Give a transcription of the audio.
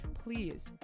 please